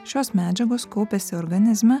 šios medžiagos kaupiasi organizme